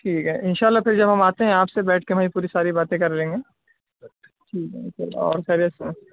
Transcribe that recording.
ٹھیک ہے ان شاء اللہ پھر جب ہم آتے ہیں آپ سے بیٹھ کے وہیں پوری ساری باتیں کر لیں گے ٹھیک ہے ان شاء اللہ اور خیریت سے ہیں